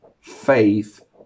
faith